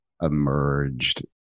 emerged